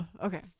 Okay